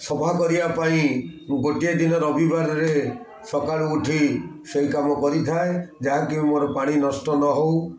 ସଫା କରିବା ପାଇଁ ଗୋଟିଏ ଦିନ ରବିବାରରେ ସକାଳୁ ଉଠି ସେଇ କାମ କରିଥାଏ ଯାହାକି ମୋର ପାଣି ନଷ୍ଟ ନହଉ